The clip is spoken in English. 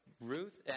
ruth